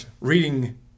reading